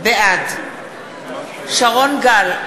בעד שרון גל,